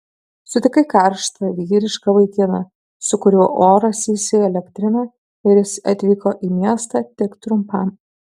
sutikai karštą vyrišką vaikiną su kuriuo oras įsielektrina ir jis atvyko į miestą tik trumpam